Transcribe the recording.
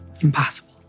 impossible